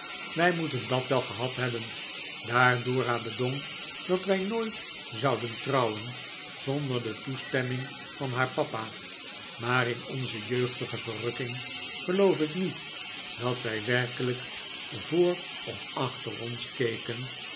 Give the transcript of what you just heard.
wij moeten dat wel gehad hebben daar dora bedong dat wij nooit zouden trouwen zonder de toestemming van haar papa maar in onze jeugdige verrukking geloof ik niet dat wij werkelijk voor of achter ons keken